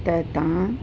त तव्हां